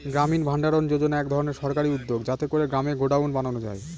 গ্রামীণ ভাণ্ডারণ যোজনা এক ধরনের সরকারি উদ্যোগ যাতে করে গ্রামে গডাউন বানানো যায়